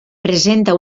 presenta